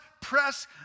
press